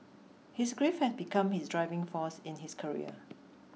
his grief had become his driving force in his career